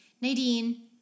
Nadine